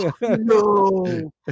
No